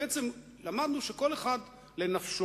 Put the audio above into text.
בעצם למדנו שכל אחד לנפשו.